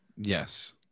Yes